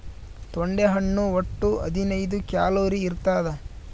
ತೊಂಡೆ ಹಣ್ಣು ಒಟ್ಟು ಹದಿನೈದು ಕ್ಯಾಲೋರಿ ಇರ್ತಾದ